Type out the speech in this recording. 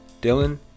Dylan